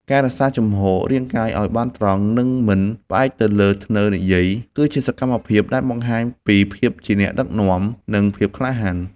ការរក្សាជំហររាងកាយឱ្យបានត្រង់ និងមិនផ្អែកទៅលើធ្នើរនិយាយ គឺជាសកម្មភាពដែលបង្ហាញពីភាពជាអ្នកដឹកនាំ និងភាពក្លាហាន។